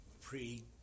pre